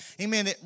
Amen